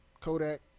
Kodak